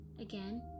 Again